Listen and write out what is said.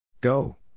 Go